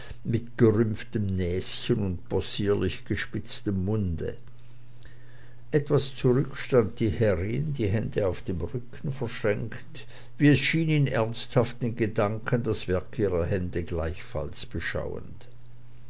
mit gerümpftem näschen und possierlich gespitztem munde etwas zurück stand die herrin die hände auf dem rücken verschränkt wie es schien in ernsthaften gedanken das werk ihrer hände gleichfalls beschauend